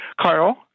Carl